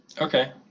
Okay